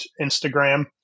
Instagram